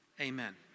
amen